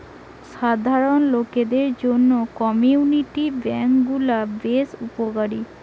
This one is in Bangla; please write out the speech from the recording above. সাধারণ লোকদের জন্য কমিউনিটি বেঙ্ক গুলা বেশ উপকারী